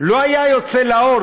שלא היה יוצא לאור,